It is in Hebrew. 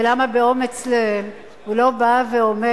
ולמה באומץ לב הוא לא בא ואומר: